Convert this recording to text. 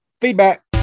feedback